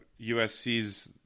usc's